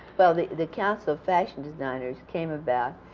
well, the the council of fashion designers came about